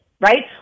right